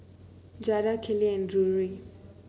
Jada Kellie and Drury